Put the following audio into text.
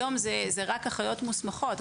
היום זה רק אחיות מוסמכות.